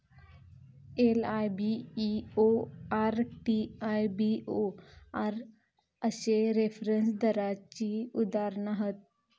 LIBOR, TIBOR अश्ये reference दराची उदाहरणा हत